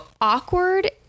awkward